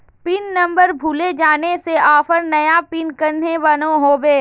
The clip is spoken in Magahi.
पिन नंबर भूले जाले से ऑफर नया पिन कन्हे बनो होबे?